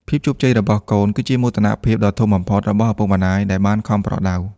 ភាពជោគជ័យរបស់កូន គឺជាមោទនភាពដ៏ធំបំផុតរបស់ឪពុកម្ដាយដែលបានខំប្រដៅ។